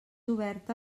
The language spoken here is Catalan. oberta